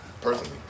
Personally